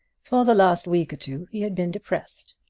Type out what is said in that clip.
for the last week or two he had been depressed.